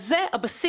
על זה הבסיס.